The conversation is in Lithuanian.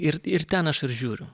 ir ir ten aš ir žiūriu